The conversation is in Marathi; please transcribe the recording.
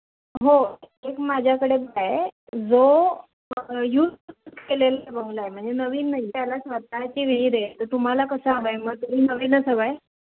हो एक माझ्याकडे बाए जो यूज केलेला बंगला आहे म्हणजे नवीन नाही त्याला स्वतःची विहीर आहे तर तुम्हाला कसा हवा आहे मग तुम्ही नवीनच हवं आहे